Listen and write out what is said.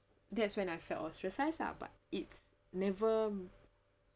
that's when I felt ostracised ah but it's never